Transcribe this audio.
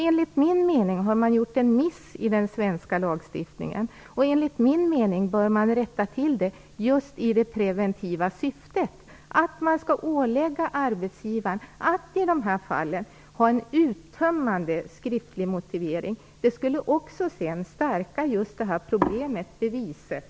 Enligt min mening har man gjort en miss i den svenska lagstiftningen och man bör rätta till det i det preventiva syftet att man skall ålägga arbetsgivaren att i de här fallen ha en uttömmande skriftlig motivering. Det skulle också vara till hjälp vid problemet med bevisningen.